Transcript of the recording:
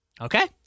Okay